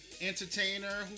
entertainer